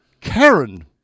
Karen